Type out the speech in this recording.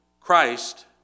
Christ